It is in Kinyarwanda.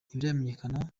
ntibiramenyekana